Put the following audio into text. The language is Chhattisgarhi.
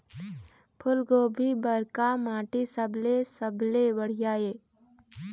फूलगोभी बर का माटी सबले सबले बढ़िया ये?